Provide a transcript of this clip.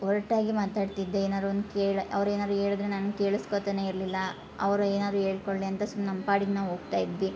ಒರ್ಟಾಗಿ ಮಾತಾಡ್ತಿದ್ದೆ ಏನಾರು ಒಂದು ಕೇಳಿ ಅವ್ರು ಏನಾರು ಹೇಳಿದ್ರೆ ನಾನು ಕೇಳ್ಸ್ಕೊತಾನೆ ಇರಲಿಲ್ಲ ಅವ್ರು ಏನಾದರು ಹೇಳ್ಕೊಳ್ಳಿ ಅಂತ ಸುಮ್ ನಮ್ಮ ಪಾಡಿಗೆ ನಾವು ಹೋಗ್ತಾ ಇದ್ವಿ